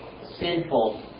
sinful